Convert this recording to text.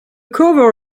cover